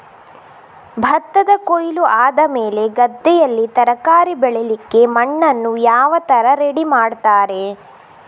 ಭತ್ತದ ಕೊಯ್ಲು ಆದಮೇಲೆ ಗದ್ದೆಯಲ್ಲಿ ತರಕಾರಿ ಬೆಳಿಲಿಕ್ಕೆ ಮಣ್ಣನ್ನು ಯಾವ ತರ ರೆಡಿ ಮಾಡ್ತಾರೆ?